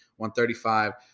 135